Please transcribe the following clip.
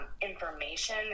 information